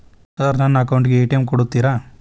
Sir ನನ್ನ account ಗೆ ATM ಕೊಡುತ್ತೇರಾ?